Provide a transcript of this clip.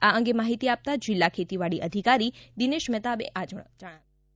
આ અંગે માહિતી આપતા જીલ્લા ખેતીવાડી અધિકારી દિનેશ મેનાતે આ મુજબ જણાવ્યું હતું